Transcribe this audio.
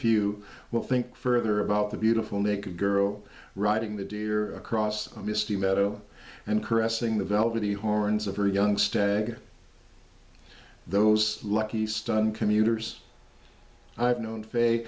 few will think further about the beautiful naked girl riding the deer across a misty meadow and caressing the velvety horns of her young stag those lucky stun commuters i've known f